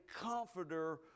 comforter